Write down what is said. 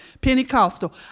Pentecostal